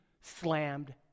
slammed